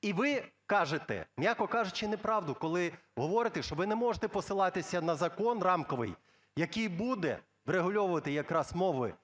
І ви кажете, м'яко кажучи, неправду, коли говорите, що ви не можете посилатися на закон рамковий, який буде врегульовувати якраз мови,